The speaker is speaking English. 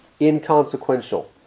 inconsequential